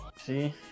See